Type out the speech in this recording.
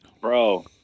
bro